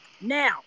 Now